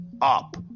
up